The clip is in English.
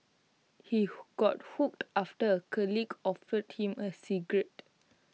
he got hooked after A colleague offered him A cigarette